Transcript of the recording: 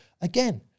again